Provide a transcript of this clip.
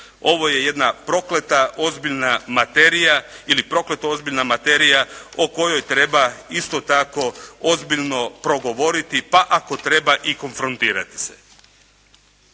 ovo je jedna prokleta ozbiljna materija ili prokleto ozbiljna materija o kojoj treba isto tako ozbiljno progovoriti pa ako treba i konfrontirati se.